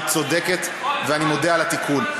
את צודקת ואני מודה על התיקון.